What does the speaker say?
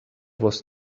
was